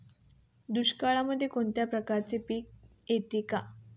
दुष्काळामध्ये कोणत्या प्रकारचे पीक येते का?